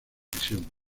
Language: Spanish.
prisión